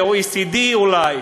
ל-OECD אולי.